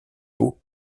beau